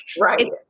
Right